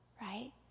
Right